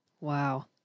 Wow